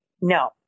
No